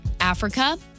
Africa